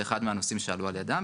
זה אחד מהנושאים שהועלו על ידם,